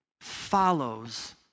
follows